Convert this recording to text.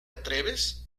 atreves